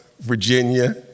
Virginia